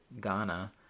ghana